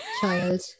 child